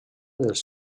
dels